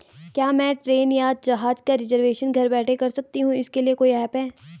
क्या मैं ट्रेन या जहाज़ का रिजर्वेशन घर बैठे कर सकती हूँ इसके लिए कोई ऐप है?